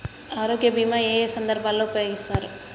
ఆరోగ్య బీమా ఏ ఏ సందర్భంలో ఉపయోగిస్తారు?